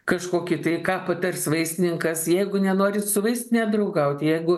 kažkokį tai ką patars vaistininkas jeigu nenorit su vaistine draugauti jeigu